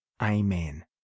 Amen